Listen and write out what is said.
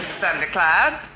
Thundercloud